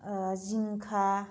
जिंखा